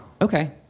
Okay